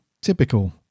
typical